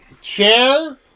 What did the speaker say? Share